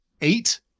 eight